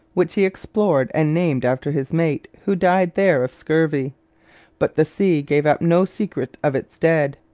which he explored and named after his mate, who died there of scurvy but the sea gave up no secret of its dead.